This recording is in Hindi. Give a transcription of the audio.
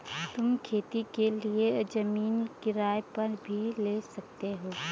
तुम खेती के लिए जमीन किराए पर भी ले सकते हो